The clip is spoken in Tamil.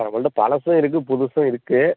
நம்மள்கிட்ட பழசும் இருக்குது புதுசும் இருக்குது